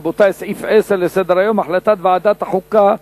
סעיף 10 בסדר-היום: החלטת ועדת החוקה,